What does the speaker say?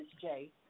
Jay